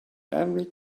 every